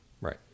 Right